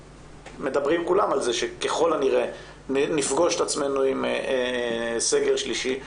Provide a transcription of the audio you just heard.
ומדברים כולם על זה שככל הנראה נפגוש את עצמנו עם סגר שלישי,